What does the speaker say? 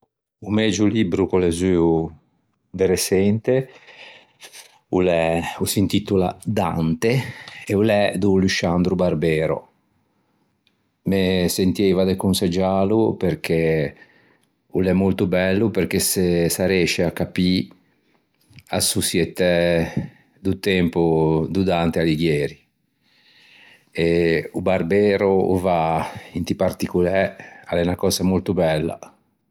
O megio libbro ch'ò lezzuo de reçente o l'é o s'intitola Dante e o l'é do Lusciandro Barbero. Me sentieiva de conseggiâlo perché o l'é molto bello perché s'arreisce à capî a soçietæ do tempo do Dante Alighieri e o Barbero o va inti particolæ, a l'é unna cösa molto bella.